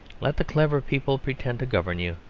let the clever people pretend to govern you,